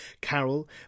Carol